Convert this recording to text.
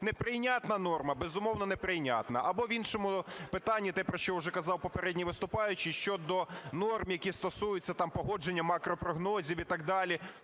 Неприйнятна норма? Безумовно, неприйнятна. Або в іншому питанні - те, про що вже казав попередній виступаючий, - щодо норм, які стосуються там погодження макропрогнозів і так далі.